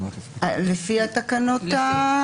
לפי התקנות הארציות.